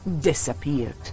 disappeared